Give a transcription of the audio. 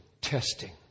testing